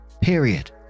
period